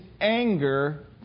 anger